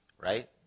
Right